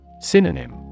Synonym